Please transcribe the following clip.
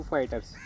Fighters